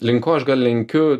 link ko aš gal lenkiu